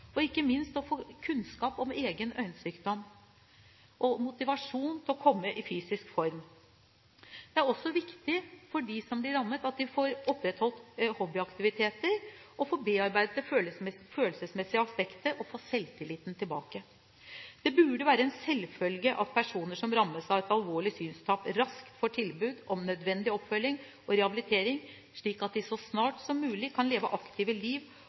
ikke minst å få kunnskap om egen øyesykdom og motivasjon til å komme i fysisk form. Det er også viktig for dem som blir rammet, at de får opprettholdt hobbyaktiviteter, får bearbeidet det følelsesmessige aspektet og får selvtilliten tilbake. Det burde være en selvfølge at personer som rammes av alvorlig synstap, raskt får tilbud om nødvendig oppfølging og rehabilitering, slik at de så snart som mulig kan leve aktive liv,